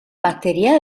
batteria